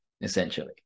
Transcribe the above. essentially